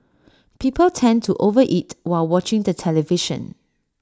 people tend to over eat while watching the television